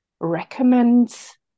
recommends